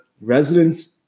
residents